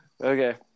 Okay